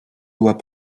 doit